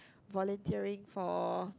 volunteering for